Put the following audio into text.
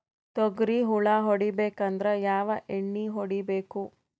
ತೊಗ್ರಿ ಹುಳ ಹೊಡಿಬೇಕಂದ್ರ ಯಾವ್ ಎಣ್ಣಿ ಹೊಡಿಬೇಕು?